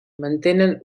mantenen